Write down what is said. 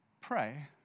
pray